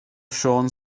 siôn